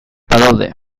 badaude